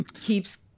keeps